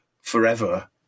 forever